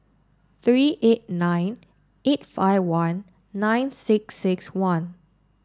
three eight nine eight five one nine six six one